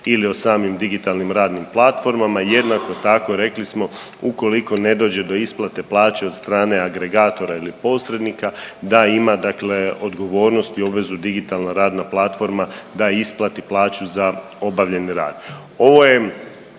ili o samim digitalnim radnim platformama. Jednako tako rekli smo ukoliko ne dođe do isplate plaće od strane agregatora ili posrednika da ima dakle odgovornost i obvezu digitalna radna platforma da isplati plaću za obavljeni rad.